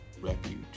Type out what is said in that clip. Refuge